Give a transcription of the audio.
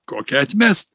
kokią atmes